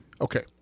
Okay